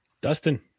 Dustin